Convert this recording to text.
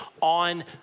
on